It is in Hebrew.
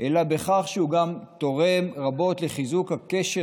אלא בכך שהוא גם תורם רבות לחיזוק הקשר